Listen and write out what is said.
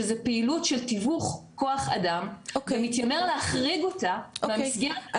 שזה פעילות של תיווך כוח אדם ומתיימר להחריג אותה במסגרת -- אוקי,